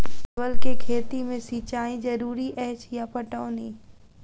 परवल केँ खेती मे सिंचाई जरूरी अछि या पटौनी?